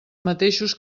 mateixos